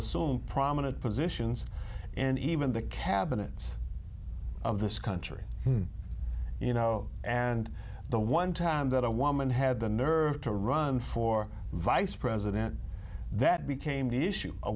assume prominent positions and even the cabinets of the country you know and the one time that a woman had the nerve to run for vice president that became an issue a